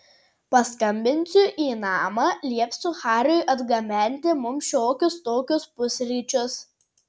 paskambinsiu į namą liepsiu hariui atgabenti mums šiokius tokius pusryčius